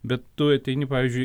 bet tu ateini pavyzdžiui